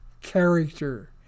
character